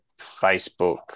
Facebook